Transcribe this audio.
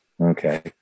okay